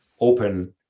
open